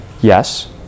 Yes